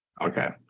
Okay